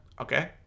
Okay